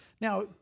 Now